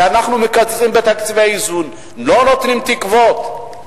כי אנחנו מקצצים בתקציבי האיזון, לא נותנים תקווה,